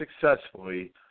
successfully